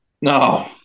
No